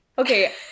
Okay